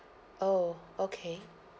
oh okay